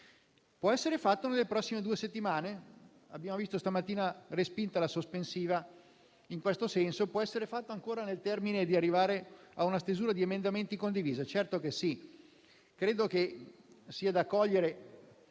Può essere fatto nelle prossime due settimane? Abbiamo visto questa mattina respinta la questione sospensiva in questo senso, ma può essere fatto ancora, arrivando a una stesura di emendamenti condivisa. Certo che sì. Credo che sia da cogliere